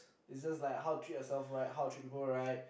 is just like how treat yourself right how to treat people right